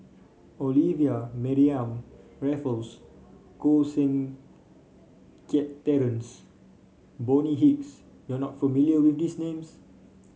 Olivia Mariamne Raffles Koh Seng Kiat Terence Bonny Hicks you are not familiar with these names